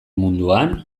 munduan